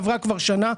עברה כבר שנה,